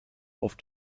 auf